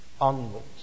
onwards